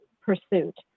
pursuit